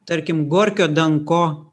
tarkim gorkio danko